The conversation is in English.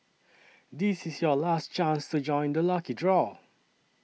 this is your last chance to join the lucky draw